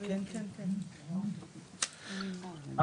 אהלן, אלכס.